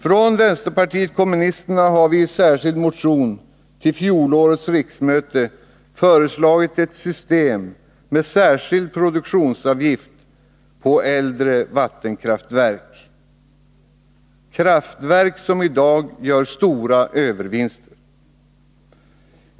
Från vpk har vi i en särskild motion till fjolårets riksmöte föreslagit ett system med särskild produktionsavgift på äldre vattenkraftverk — kraftverk som i dag gör stora övervinster.